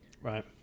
Right